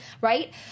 Right